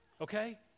okay